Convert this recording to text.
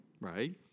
right